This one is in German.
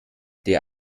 der